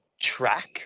track